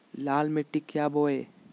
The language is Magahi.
लाल मिट्टी क्या बोए?